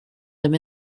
them